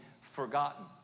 forgotten